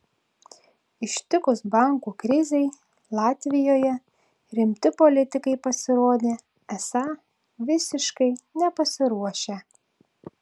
ištikus bankų krizei latvijoje rimti politikai pasirodė esą visiškai nepasiruošę